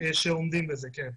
שעומדים בזה, כן.